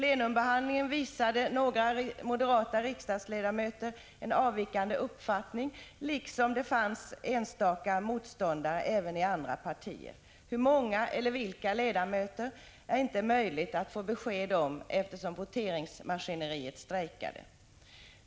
Vid behandlingen i kammaren visade några moderata riksdagsledamöter en avvikande uppfattning, liksom det fanns enstaka motståndare även i andra partier — hur många eller vilka ledamöter är inte möjligt att få besked om, eftersom voteringsmaskineriet strejkade.